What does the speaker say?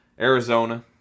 Arizona